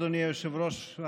אדוני היושב-ראש,